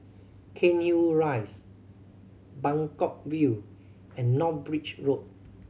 Cairnhill Rise Buangkok View and North Bridge Road